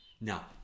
Now